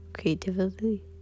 creatively